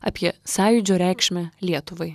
apie sąjūdžio reikšmę lietuvai